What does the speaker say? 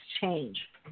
change